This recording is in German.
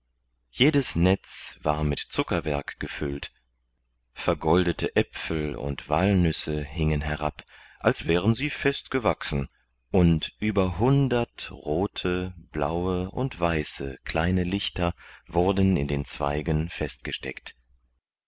jedes netz war mit zuckerwerk gefüllt vergoldete äpfel und wallnüsse hingen herab als wären sie fest gewachsen und über hundert rote blaue und weiße kleine lichter wurden in den zweigen festgesteckt